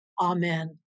Amen